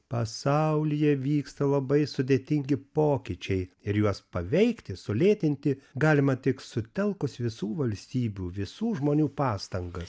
pasaulyje vyksta labai sudėtingi pokyčiai ir juos paveikti sulėtinti galima tik sutelkus visų valstybių visų žmonių pastangas